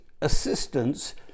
assistance